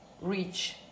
reach